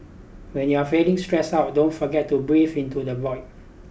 when you are feeling stressed out don't forget to breathe into the void